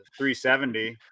370